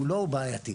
כולו בעייתי.